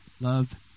love